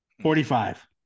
Forty-five